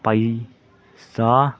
ꯄꯩꯁꯥ